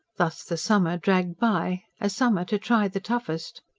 thus the summer dragged by a summer to try the toughest.